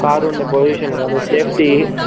car ఉండే position కానీ safety